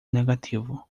negativo